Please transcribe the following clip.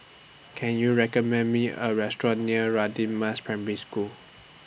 Can YOU recommend Me A Restaurant near Radin Mas Primary School